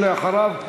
ואחריו,